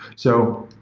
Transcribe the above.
so,